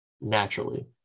naturally